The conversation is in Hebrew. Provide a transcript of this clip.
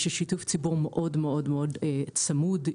שיתוף ציבור מאוד-מאוד-מאוד צמוד,